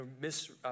miss